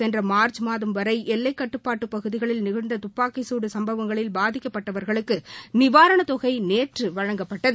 சென்ற மார்ச் மாதம் வரை எல்லைக்கட்டுப்பாட்டுப் பகுதிகளில் நிகழ்ந்த தப்பாக்கிசூடு சம்பவங்களில் பாதிக்கப்பட்டவர்களுக்கு நிவாரணத்தொகை நேற்று வழங்கப்பட்டது